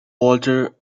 walter